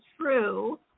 true